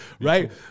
right